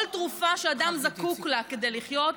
כל תרופה שאדם זקוק לה כדי לחיות,